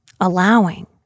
allowing